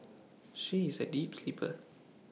she is A deep sleeper